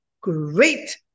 great